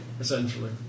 essentially